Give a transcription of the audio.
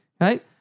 right